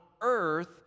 earth